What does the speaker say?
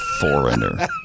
Foreigner